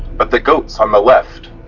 but the goats on the left.